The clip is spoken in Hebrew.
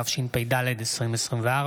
התשפ"ד 2024,